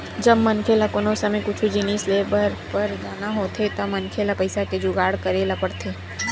जब मनखे ल कोनो समे कुछु जिनिस लेय बर पर जाना होथे त मनखे ल पइसा के जुगाड़ करे ल परथे